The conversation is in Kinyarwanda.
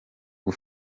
com